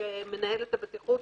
שמנהל את הבטיחות